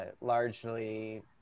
Largely